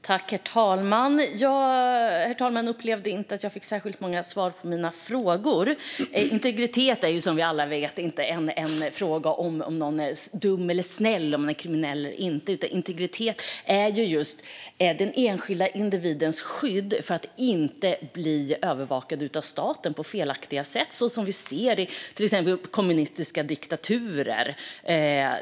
Herr talman! Jag upplevde inte att jag fick särskilt många svar på mina frågor. Integritet är ju som vi alla vet inte en fråga som handlar om ifall någon är dum eller snäll eller kriminell eller inte. Integritet gäller den enskilda individens skydd mot att bli övervakad av staten på felaktiga sätt, så som vi ser i till exempel kommunistiska diktaturer.